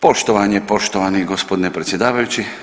Poštovanje poštovani gospodine predsjedavajući.